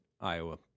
Iowa